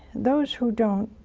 those who don't